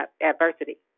adversity